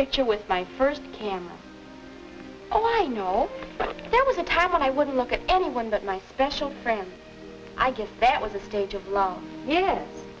picture with my first one i know there was a time when i would look at anyone but my special friend i guess that was a stage of love